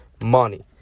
money